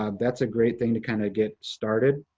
um that's a great thing to kinda get started.